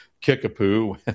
Kickapoo